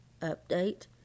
Update